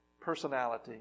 personality